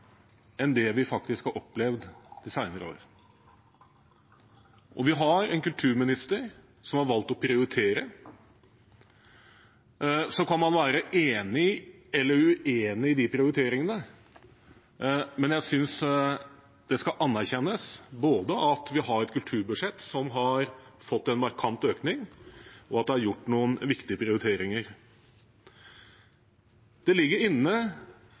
enn det vi faktisk har opplevd de senere år, og vi har en kulturminister som har valgt å prioritere. Så kan man være enig eller uenig i de prioriteringene, men jeg synes det skal anerkjennes både at vi har kulturbudsjett som har fått en markant økning, og at det er gjort noen viktige prioriteringer. Det har ligget inne